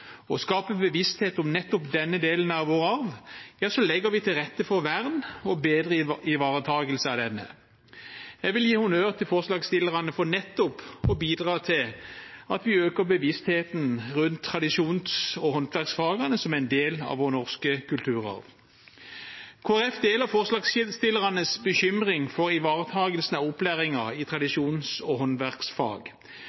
skape bevissthet om nettopp denne delen av vår arv legger vi til rette for vern og bedre ivaretakelse av denne. Jeg vil gi honnør til forslagsstillerne for nettopp å bidra til at vi øker bevisstheten rundt tradisjons- og håndverksfagene, som er en del av vår norske kulturarv. Kristelig Folkeparti deler forslagsstillernes bekymring for ivaretakelsen av opplæringen i